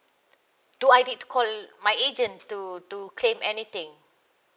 do I need to call my agent to to claim anything